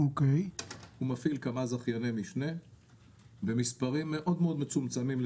הוא מפעיל כמה זכייני משנה במספרים מאוד מאוד מצומצמים,